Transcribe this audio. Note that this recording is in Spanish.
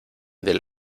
del